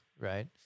right